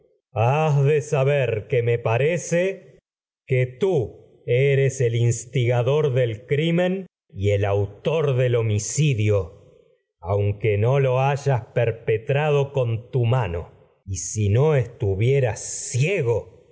has de saber que me pare que til eres el instigador del crimen y lo hayas el fautor del homicidio aunque no y si no perpetrado con tu mano tú solo hq co estuvieras ciego